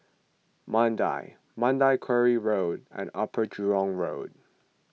Mandai Mandai Quarry Road and Upper Jurong Road